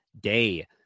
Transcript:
day